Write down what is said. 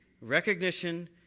recognition